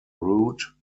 route